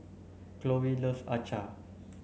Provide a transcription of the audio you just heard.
Khloe loves Acar